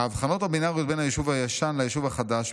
"ההבחנות הבינאריות בין היישוב הישן ליישוב החדש,